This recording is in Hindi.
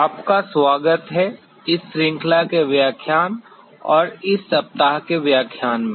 आपका स्वागत है इस श्रृंखला के व्याख्यान और इस सप्ताह के व्याख्यान में